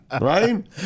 right